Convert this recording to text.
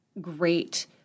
great